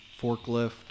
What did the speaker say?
forklift